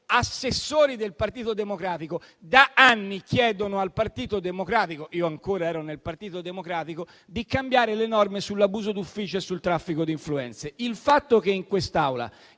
assessori del Partito Democratico da anni chiedono al Partito Democratico, da quando io ero ancora al suo interno, di cambiare le norme sull'abuso d'ufficio e sul traffico di influenze. Il fatto che in quest'Aula